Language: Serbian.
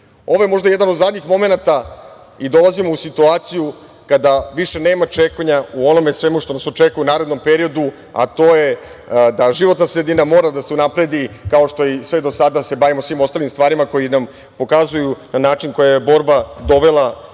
je možda jedan od zadnjih momenata i dolazimo u situaciju kada više nema čekanja u onome svemu što nas očekuje u narednom periodu, a to je da životna sredina mora da se unapredi, kao što je i sve do sada, da se bavimo svim ostalim stvarima koji nam pokazuju na način koji je borba dovela